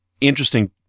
interesting